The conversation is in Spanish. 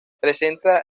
presenta